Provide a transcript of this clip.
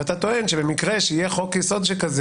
ואתה טוען שבמקרה שיהיה חוק יסוד שכזה